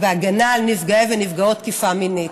בהגנה על נפגעי ונפגעות תקיפה מינית.